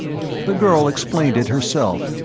the girl explained it herself,